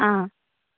ആ